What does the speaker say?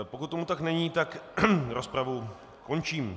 Pokud tomu tak není, tak rozpravu končím.